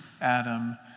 Adam